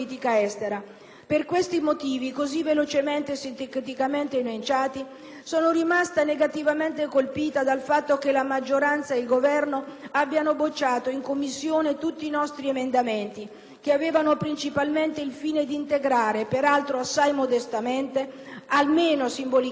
sono rimasta negativamente colpita dal fatto che la maggioranza e il Governo abbiano bocciato in Commissione tutti i nostri emendamenti, che avevano principalmente il fine di integrare, peraltro assai modestamente, ma almeno simbolicamente, le risorse sul fronte degli aiuti alla popolazione civile afgana;